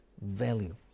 value